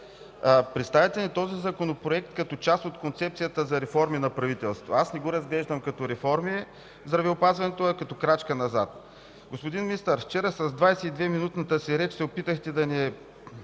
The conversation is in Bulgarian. Представяте ни този Законопроект като част от концепцията за реформи на правителството. Аз не го разглеждам като реформи в здравеопазването, а като крачка назад. Господин Министър, вчера с 22-минутната си реч се опитахте да ни